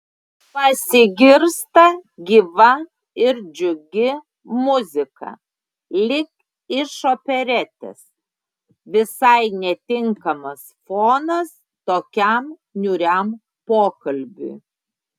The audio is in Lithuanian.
pasigirsta gyva ir džiugi muzika lyg iš operetės visai netinkamas fonas tokiam niūriam pokalbiui